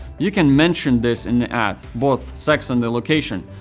you can mention this in the ad, both sex and location,